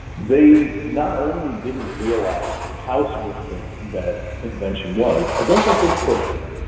they not only didn't realize how significant that invention was, i don't think they could have.